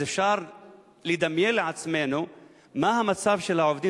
אז אפשר לדמיין לעצמנו מה המצב של העובדים